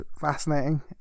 fascinating